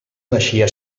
naixia